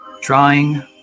Drawing